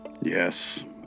Yes